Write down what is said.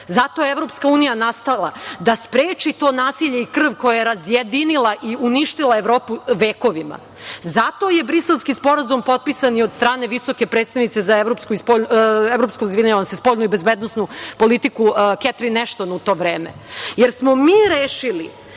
zato je Evropska unija i nastala, da spreči to nasilje i krv koja je razjedinila i uništila Evropu vekovima. Zato je Briselski sporazum potpisan i od strane visoke predstavnice za spoljnu i bezbednosnu politiku Ketrin Ešton u to vreme, jer smo mi rešili,